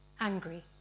angry